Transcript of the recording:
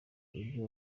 ibyo